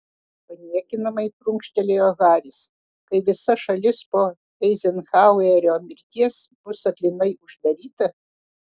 paniekinamai prunkštelėjo haris kai visa šalis po eizenhauerio mirties bus aklinai uždaryta